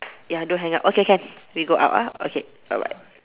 ya don't hang up okay can we go out ah okay bye bye